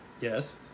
yes